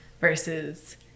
versus